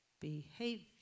behavior